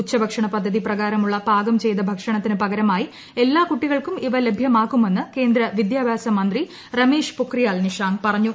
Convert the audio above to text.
ഉച്ചഭക്ഷണ പദ്ധതി പ്രകാരമുല്ല പാകം ചെയ്ത ഭക്ഷണത്തിന് പകരമായി എല്ലാ കുട്ടികൾക്കും ഇവ ലഭ്യമാക്കുമെന്ന് കേന്ദ്ര വിദ്യാഭ്യാസ മന്ത്രി രമേശ് പൊഖ്രിയാൽ നിഷാങ്ക് പറഞ്ഞു